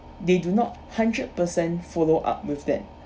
they do not hundred percent follow up with them